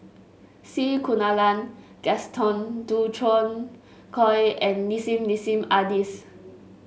C Kunalan Gaston Dutronquoy and Nissim Nassim Adis